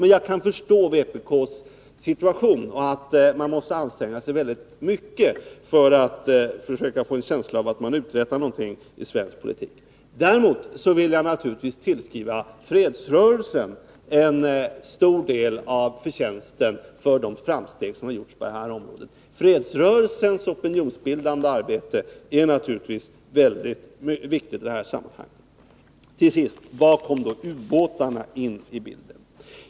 Men jag kan förstå vpk:s situation — man måste anstränga sig väldigt mycket för att försöka få en känsla av att man uträttar någonting i svensk politik. Däremot vill jag naturligtvis tillskriva fredsrörelsen en stor del av förtjänsten för de framsteg som gjorts på det här området. Fredsrörelsens opinionsbildande arbete är naturligtvis mycket viktigt i sammanhanget. Till sist till frågan om var ubåtarna kommer in i bilden.